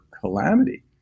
calamity